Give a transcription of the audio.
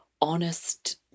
honest